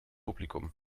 publikum